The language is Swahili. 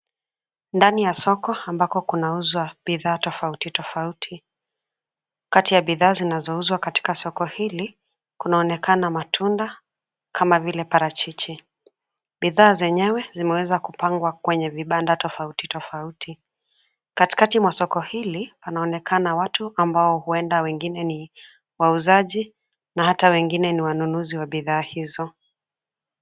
Ndani ya soko ambako kuna uzwa bidhaa tofauti tofauti. Kati ya bidhaa zinazouzwa katika soko hili, kunaonekana matunda kama vile parachichi. Bidhaa zenyewe zimeweza kupangwa kwenye vibanda tofauti tofauti. Katikati mwa soko hili panaonekana watu ambao huenda wengine ni wauzaji na hata wengine ni wanunuzi wa bidhaa hizo.